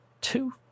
two